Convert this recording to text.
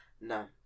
No